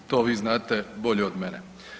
To vi znate bolje od mene.